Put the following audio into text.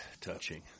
Touching